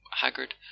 haggard